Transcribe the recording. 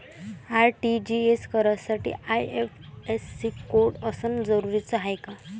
RTGS करासाठी IFSC code असनं जरुरीच हाय का?